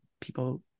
People